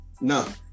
No